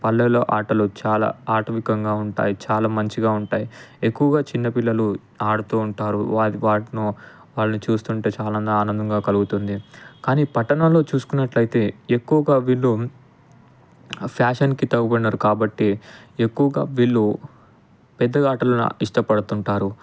పల్లెలో ఆటలు చాలా ఆటవికంగా ఉంటాయి చాలా మంచిగా ఉంటాయి ఎక్కువగా చిన్న పిల్లలు ఆడుతూ ఉంటారు వారి వాటినో వాళ్ళని చూస్తుంటే చాలాగా ఆనందంగా కలుగుతుంది కాని పట్టణాల్లో చూసుకున్నట్లయితే ఎక్కువగా వీళ్ళు ఫ్యాషన్కి తగుబడినారు కాబట్టి ఎక్కువగా వీళ్ళు పెద్ద ఆటలను ఇష్టపడుతుంటారు